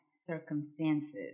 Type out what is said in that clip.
circumstances